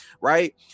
right